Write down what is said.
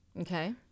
Okay